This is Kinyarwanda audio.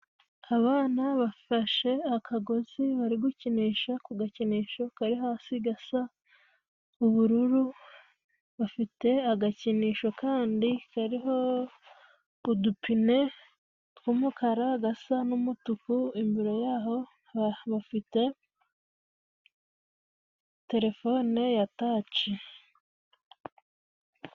Abana bafashe akagozi bari gukinisha, ku gakinisho kari hasi gasa ubururu. Bafite agakinisho kandi kariho udupine tw'umukara, gasa n'umutuku, imbere y'aho bafite terefone yataci.